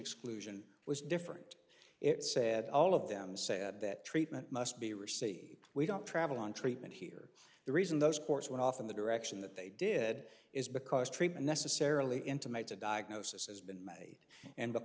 exclusion was different it said all of them said that treatment must be risky we don't travel on treatment here the reason those course went off in the direction that they did is because treatment necessarily intimate the diagnosis has been made and